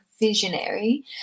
visionary